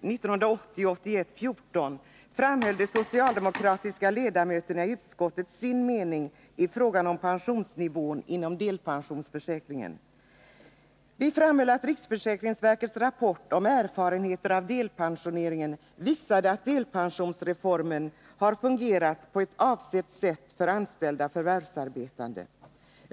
1980/81:14 framförde de socialdemokratiska ledamöterna i utskottet sin mening i frågan om pensionsnivån inom delpensionsförsäkringen. Vi framhöll att riksförsäkringsverkets rapport om erfarenheter av delpensioneringen visade att delpensionsreformen har fungerat på avsett vis för anställda förvärvsarbetande.